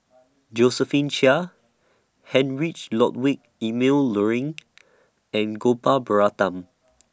Josephine Chia Heinrich Ludwig Emil Luering and Gopal Baratham